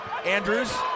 Andrews